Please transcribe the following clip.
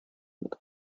mit